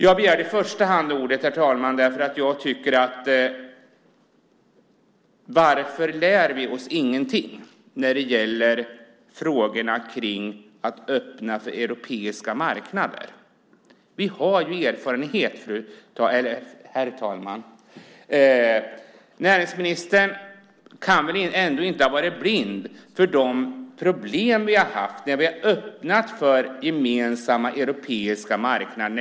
Jag begärde i första hand ordet för att ställa frågan: Varför lär vi oss ingenting när det gäller frågorna om att öppna för europeiska marknader? Vi har ju erfarenhet, herr talman. Näringsministern kan ändå inte ha varit blind för de problem vi har haft när vi har öppnat för gemensamma europeiska marknader.